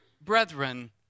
brethren